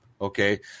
Okay